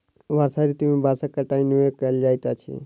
वर्षा ऋतू में बांसक कटाई नै कयल जाइत अछि